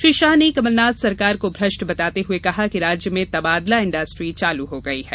श्री शाह ने कमलनाथ सरकार को भ्रष्ट बताते हुये कहा कि राज्य में तबादला इंडस्ट्री चालू हो गई है